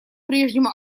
прежнему